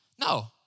No